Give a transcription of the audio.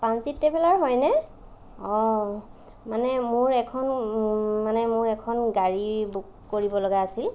Pranjit traveller হয়নে অ মানে মোৰ এখন মানে মোৰ এখন গাড়ী বুক কৰিব লগা আছিল